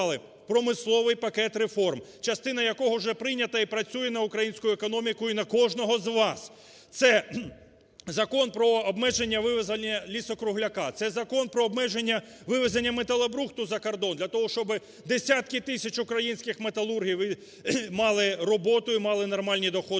промисловий пакет реформ, частина якого вже прийнята і працює на українську економіку і на кожного з вас. Це Закон про обмеження вивезу лісу-кругляка, це Закон про обмеження вивезення металобрухту за кордон, для того щоб десятки тисяч українських металургів мали роботу і мали нормальні доходи